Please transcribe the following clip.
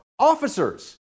officers